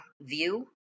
view